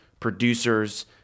producers